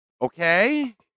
Okay